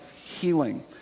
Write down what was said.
healing